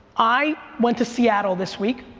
i went to seattle this week,